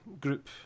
group